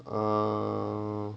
uh